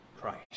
Christ